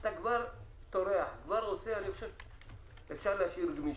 אתה כבר טורח, כבר עושה, אפשר להשאיר גמישות.